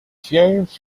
fumes